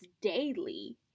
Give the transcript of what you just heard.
daily